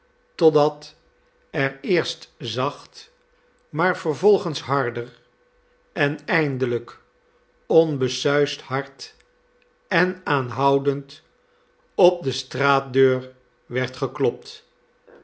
totdat er eerst zacht maar vervolgens harder en eindelijk onbesuisd hard en aanhoudend op de straatdeur werd geklopt